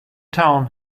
town